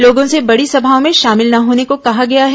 लोगों से बडी समाओं में शामिल न होने को कहा गया है